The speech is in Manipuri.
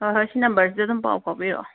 ꯍꯣꯏ ꯍꯣꯏ ꯁꯤ ꯅꯝꯕꯔꯁꯤꯗ ꯑꯗꯨꯝ ꯄꯥꯎ ꯐꯥꯎꯕꯤꯔꯛꯑꯣ